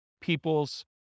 people's